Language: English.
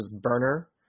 burner